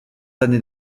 années